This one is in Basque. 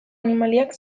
animaliak